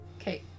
Okay